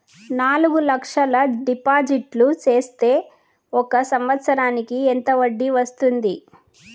నాలుగు లక్షల డిపాజిట్లు సేస్తే ఒక సంవత్సరానికి ఎంత వడ్డీ వస్తుంది?